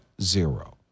zero